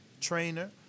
trainer